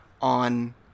on